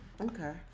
Okay